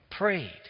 prayed